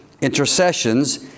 intercessions